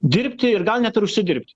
dirbti ir gal net ir užsidirbti